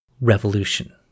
Revolution